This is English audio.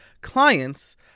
clients